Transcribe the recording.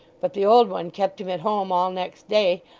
but the old one kept him at home all next day,